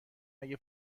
اگه